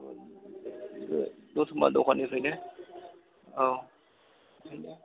दत'मा दखाननिफ्रायनो औ